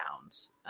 bounds